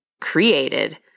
created